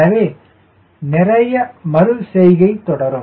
எனவே நிறைய மறு செய்கை தொடரும்